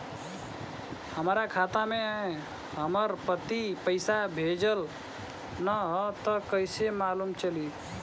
हमरा खाता में हमर पति पइसा भेजल न ह त कइसे मालूम चलि?